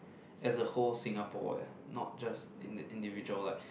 as a whole Singapore eh not just indi~ individual like